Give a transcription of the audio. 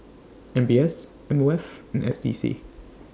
M B S M O F and S D C